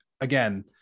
again